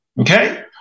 okay